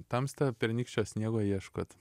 tamsta pernykščio sniego ieškot